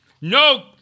No